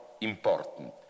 important